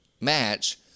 match